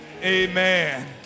Amen